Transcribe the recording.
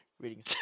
reading